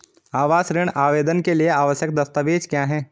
आवास ऋण आवेदन के लिए आवश्यक दस्तावेज़ क्या हैं?